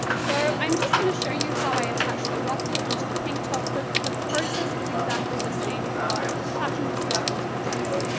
so i'm just going to show you how i attached the ruffle onto the pink top, but the process is exactly the same for attaching the skirt onto the dress.